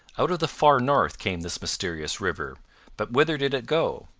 out of the far north came this mysterious river but whither did it go?